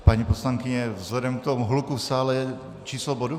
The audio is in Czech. Paní poslankyně, vzhledem k tomu hluku v sále číslo bodu?